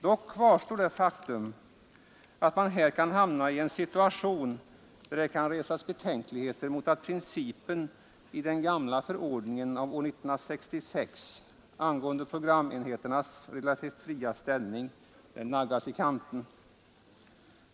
Det faktum kvarstår dock att man här kan hamna i en situation, där det kan resas betänkligheter mot att principen i den gamla förordningen av år 1966 angående programenheternas relativt fria ställning naggas i kanten.